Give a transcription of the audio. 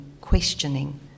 questioning